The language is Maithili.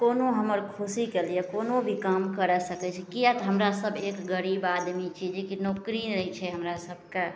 कोनो हमर खुशीके लिए कोनो भी काम करै सकै छै किएक तऽ हमरासभ एक गरीब आदमी छी जेकि नोकरी नहि छै हमरा सभकेँ